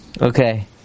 Okay